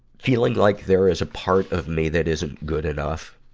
feeling like there is a part of me that isn't good enough,